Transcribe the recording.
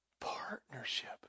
partnership